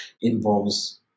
involves